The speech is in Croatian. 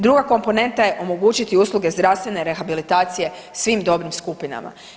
Druga komponenta je omogućiti usluge zdravstvene rehabilitacije svim dobnim skupinama.